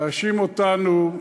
להאשים אותנו,